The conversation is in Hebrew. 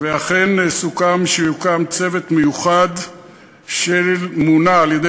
ואכן סוכם שיוקם צוות מיוחד שימונה על-ידי